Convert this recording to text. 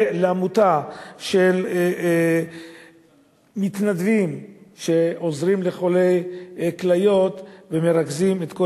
ולעמותה של מתנדבים שעוזרים לחולי כליות ומרכזים את כל